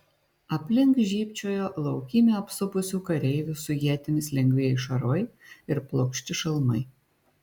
aplink žybčiojo laukymę apsupusių kareivių su ietimis lengvieji šarvai ir plokšti šalmai